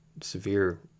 severe